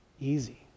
easy